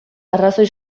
arrazoi